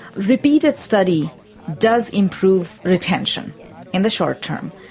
repeated study does improve retention in the short term.